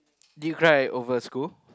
did you cry over school